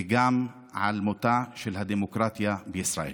וגם על מותה של הדמוקרטיה בישראל.